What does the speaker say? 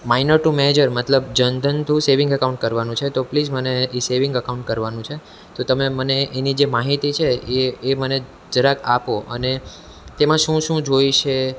minor to major મતલબ Jandhan to saving account કરવાનું છે તો પ્લીઝ મને એ સેવિંગ અકાઉન્ટ કરવાનું છે તો તમે મને એની જે માહિતી છે એ એ મને જરાક આપો અને તેમાં શું શું જોઈશે